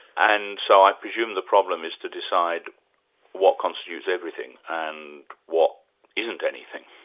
and so i presume the problem is to decide what constitutes everything, and what isn't anything.